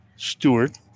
Stewart